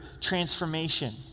transformation